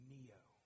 Neo